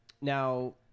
Now